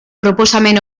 proposamen